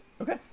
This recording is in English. Okay